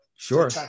Sure